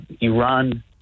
Iran